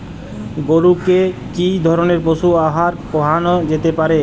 গরু কে কি ধরনের পশু আহার খাওয়ানো যেতে পারে?